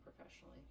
professionally